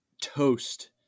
toast